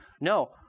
No